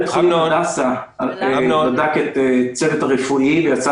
בית חולים הדסה בדק את הצוות הרפואי ויצא